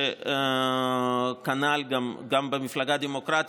גם במפלגה הדמוקרטית,